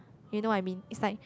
you know what I mean is like